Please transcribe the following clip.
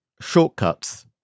shortcuts